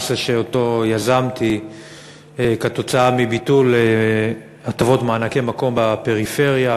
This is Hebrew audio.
נושא שיזמתי כתוצאה מביטול הטבות מענקי מקום בפריפריה.